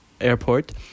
airport